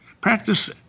Practice